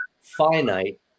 finite